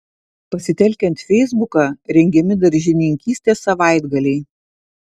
pasitelkiant feisbuką rengiami daržininkystės savaitgaliai